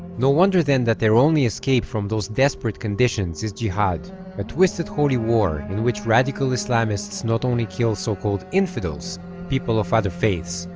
no wonder then that their only escape from those desperate conditions is jihad a twisted holy war in which radical islamists, not only kill so-called infidels people of other faiths,